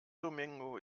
domingo